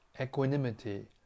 equanimity